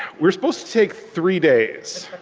we're supposed to take three days.